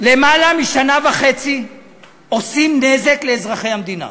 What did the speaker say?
למעלה משנה וחצי עושים נזק לאזרחי המדינה.